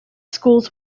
schools